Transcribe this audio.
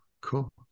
cool